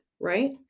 right